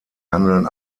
handeln